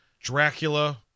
Dracula